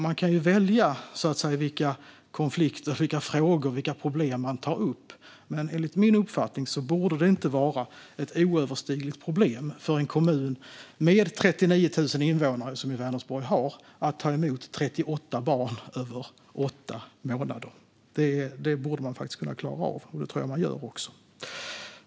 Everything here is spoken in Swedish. Man kan välja vilka konflikter, frågor och problem man tar upp, men enligt min uppfattning borde det inte vara ett oöverstigligt problem för en kommun med 39 000 invånare, som ju Vänersborg har, att ta emot 38 barn över åtta månader. Det borde man faktiskt kunna klara av, och det tror jag också att man gör.